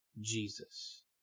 Jesus